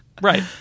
Right